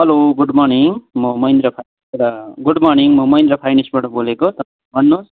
hello good morning म महेन्द्र फाइनान्सबाट good morning म महेन्द्र फाइनान्सबाट बोलेको भन्नुहोस्